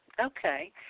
Okay